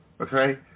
Okay